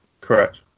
Correct